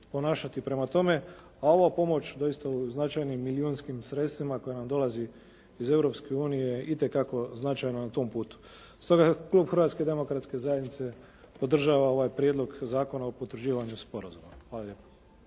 prema tome. A ova pomoć doista u značajnim milijunskim sredstvima koja nam dolazi iz Europske unije itekako je značajna na tom putu. Stoga klub Hrvatske demokratske zajednice podržava ovaj prijedlog zakona o potvrđivanju sporazuma. Hvala lijepo.